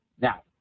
Now